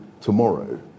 tomorrow